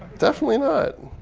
definitely not